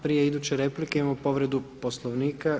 Prije iduće replike imamo povredu Poslovnika.